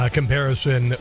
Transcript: comparison